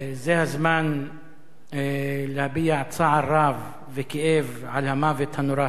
זה הזמן להביע צער רב וכאב על המוות הנורא הזה,